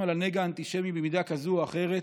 על הנגע האנטישמי במידה כזאת או אחרת.